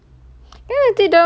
a'ah seh